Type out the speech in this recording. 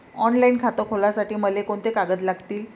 Online खातं खोलासाठी मले कोंते कागद लागतील?